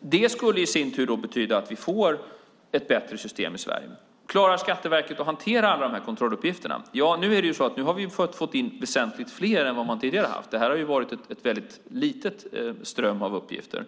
Det skulle i sin tur betyda att vi får ett bättre system i Sverige. Klarar Skatteverket att hantera alla de här kontrolluppgifterna? Nu är det så att vi har fått in väsentligt fler än man tidigare har haft. Det har ju varit en väldigt liten ström av uppgifter.